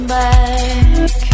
back